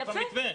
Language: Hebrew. איפה המתווה?